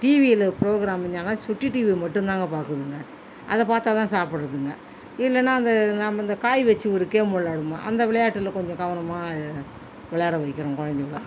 டீவியில் program என்னான்னா Chutti TV மட்டும்தாங்க பார்க்குதுங்க அதை பார்த்தாதான் சாப்பிடுதுங்க இல்லேன்னா அந்த நாம் இந்த காய் வச்சு ஒரு கேம் விளையாடுவோம் அந்த விளையாட்டில் கொஞ்சம் கவனமாக விளையாட வைக்கிறோம் குழந்தைகளை